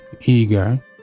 eager